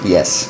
Yes